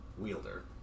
wielder